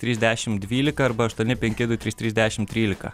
trys dešim dvylika arba aštuoni penki du trys trys dešimt trylika